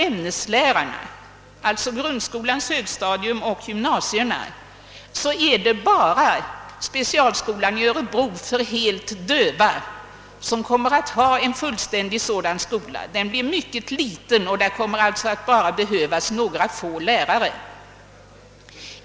Ämneslärare på grundskolans högstadium och i gymnasiet med särskild utbildning för undervisning av synoch hörselskadade barn kommer att finnas endast vid specialskolan i Örebro. Den skolan blir liten, och där kommer alltså att behövas bara några få lärare.